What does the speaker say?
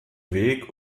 weg